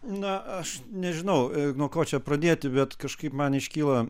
na aš nežinau nuo ko čia pradėti bet kažkaip man iškyla